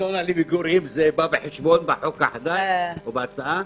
ארנונה למגורים בא בחשבון בחוק החדש או בהצעה?